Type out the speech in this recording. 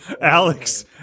Alex